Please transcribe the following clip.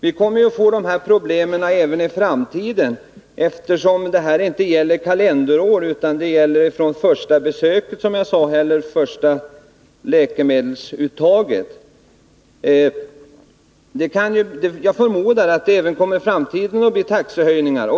Vi kommer att få de här problemen även i framtiden, eftersom skyddet inte gäller kalenderår utan — som jag framhöll — från första besöket eller första läkemedelsuttaget. Jag förmodar att det även i framtiden kommer att bli taxehöjningar.